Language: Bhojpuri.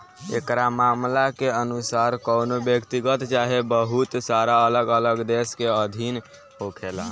एकरा मामला के अनुसार कवनो व्यक्तिगत चाहे बहुत सारा अलग अलग देश के अधीन होखेला